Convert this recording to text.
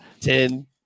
Ten